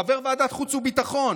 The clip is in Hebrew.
חבר ועדת חוץ וביטחון,